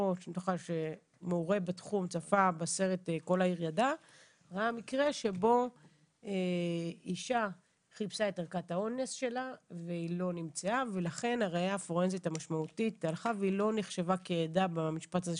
הוא צריך לפעול 24/7. הובא לידיעתנו